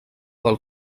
del